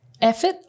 effort